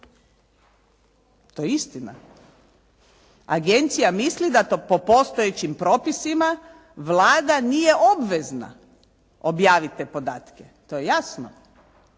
To je istina. Agencija misli da to po postojećim propisima Vlada nije obvezna objaviti te podatke. To je jasno,